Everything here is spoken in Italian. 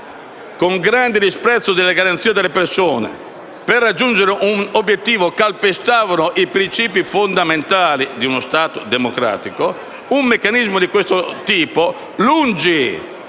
con grande disprezzo per le garanzie delle persone, per raggiungere un obiettivo, calpestavano i principi fondamentali di uno Stato democratico. Un meccanismo di questo tipo, lungi